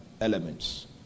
elements